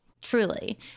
Truly